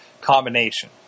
combination